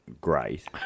Great